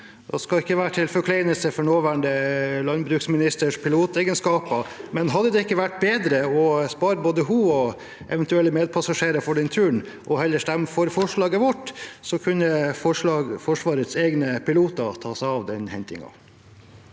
Dette skal ikke være til forkleinelse for nåværende landbruksministers pilotegenskaper, men hadde det ikke vært bedre å spare både henne og eventuelle medpassasjerer for den turen og heller stemme for forslaget vårt, så kunne Forsvarets egne piloter ta seg av den hentingen?